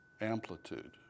amplitude